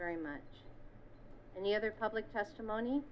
very much and the other public testimony